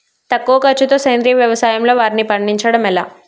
తక్కువ ఖర్చుతో సేంద్రీయ వ్యవసాయంలో వారిని పండించడం ఎలా?